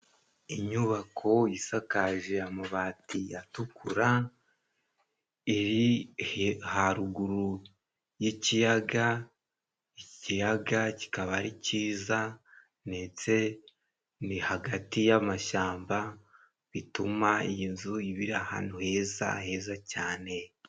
Inyubako isakaje amabati atukura iri haruguru y'ikiyaga , ikiyaga kikaba ari cyiza ndetse ni hagati y'amashyamba bituma iyi nzu iba iri ahantu heza , heza cyane.